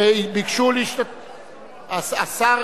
הצעות מס' 6055, 6061, 6064, 6083, 6096 ו-6103.